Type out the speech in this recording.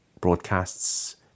broadcasts